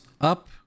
up